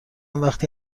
وقتی